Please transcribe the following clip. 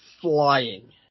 flying